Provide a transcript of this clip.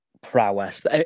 prowess